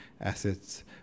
assets